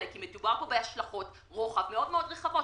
כי מדובר פה בהשלכות רוחב מאוד-מאוד רחבות.